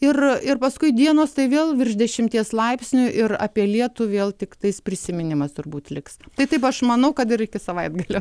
ir ir paskui dienos tai vėl virš dešimties laipsnių ir apie lietų vėl tiktais prisiminimas turbūt liks tai taip aš manau kad ir iki savaitgalio